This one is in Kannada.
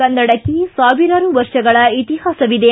ಕನ್ನಡಕ್ಕೆ ಸಾವಿರಾರು ವರ್ಷಗಳ ಇತಿಹಾಸವಿದೆ